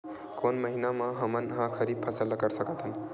कोन महिना म हमन ह खरीफ फसल कर सकत हन?